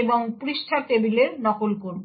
এবং পৃষ্ঠা টেবিলের নকল করবে